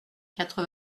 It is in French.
quatre